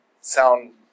sound